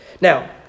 Now